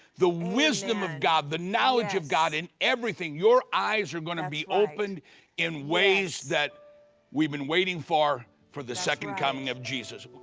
the wisdom of god, the knowledge of god in everything, your eyes are going to be opened in ways that we've been waiting for, for the second coming of jesus.